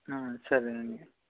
ఆ సరేనండి